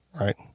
right